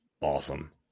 awesome